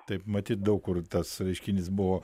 taip matyt daug kur tas reiškinys buvo